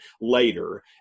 later